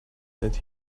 that